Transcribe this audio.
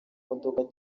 n’imodoka